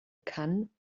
kann